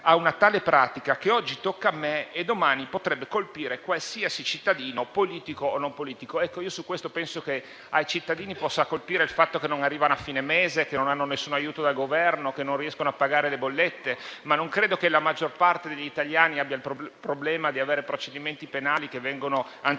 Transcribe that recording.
a una tale pratica, che oggi tocca a me e domani potrebbe colpire qualsiasi cittadino, politico o non politico». Ecco, io penso che ai cittadini possa colpire il fatto di non arrivare a fine mese, di non avere alcun aiuto dal Governo e di non riuscire a pagare le bollette. Non credo che la maggior parte degli italiani abbia il problema di avere procedimenti penali che vengono anticipati